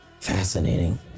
Fascinating